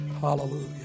Hallelujah